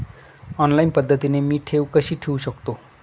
Online पद्धतीने मी ठेव कशी ठेवू शकतो?